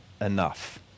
enough